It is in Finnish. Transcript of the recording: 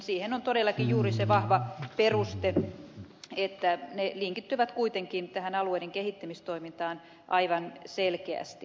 siihen on todellakin juuri se vahva peruste että ne linkittyvät kuitenkin tähän alueiden kehittämistoimintaan aivan selkeästi